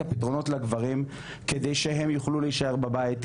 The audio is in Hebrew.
הפתרונות לגברים כדי שהם יוכלו להישאר בבית,